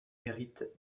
hérite